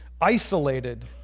isolated